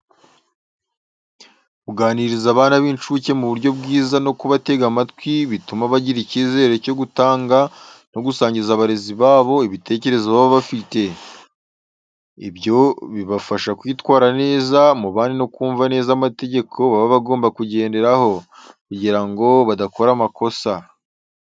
Kuganiriza abana b'incuke mu buryo bwiza no kubatega amatwi bituma bagira icyizere cyo gutanga no gusangiza abarezi babo ibitekerezo baba bafite. Ibyo bibafasha kwitwara neza mu bandi no kumva neza amategeko baba bagomba kugenderaho kugira ngo badakora amakosa.